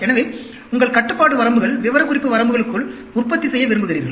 எனவே உங்கள் கட்டுப்பாட்டு வரம்புகள் விவரக்குறிப்பு வரம்புகளுக்குள் உற்பத்தி செய்ய விரும்புகிறீர்கள்